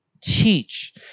teach